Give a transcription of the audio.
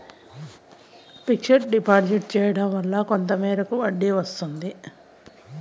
fixed deposit చేయడం వల్ల కూడా మనకు కొంత మేరకు వడ్డీ వస్తాది